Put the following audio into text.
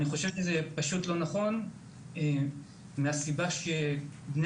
אני חושב שזה לא נכון מהסיבה שבני